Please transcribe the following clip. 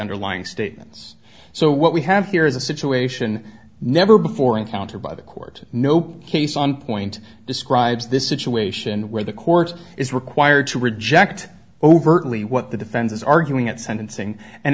underlying statements so what we have here is a situation never before encountered by the court no case on point describes this situation where the court is required to reject overtly what the defense is arguing at sentencing and